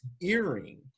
earring